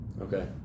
Okay